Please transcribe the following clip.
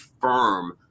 firm